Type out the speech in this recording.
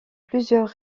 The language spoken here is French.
plusieurs